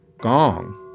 gong